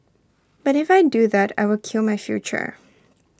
but if I do that I will kill my future